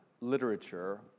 literature